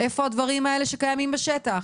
איפה הדברים האלה שקיימים בשטח,